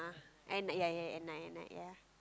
and ya ya and I and I ya